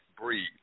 breathe